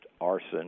arson